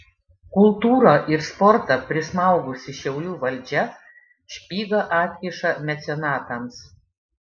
kultūrą ir sportą prismaugusi šiaulių valdžia špygą atkiša mecenatams